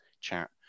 chat